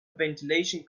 ventilation